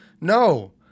no